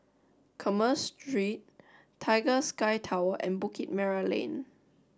Commerce Street Tiger Sky Tower and Bukit Merah Lane